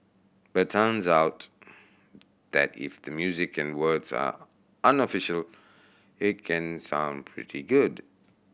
but turns out that if the music and words are unofficial it can sound pretty good